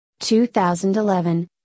2011